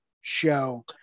show